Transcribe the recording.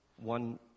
one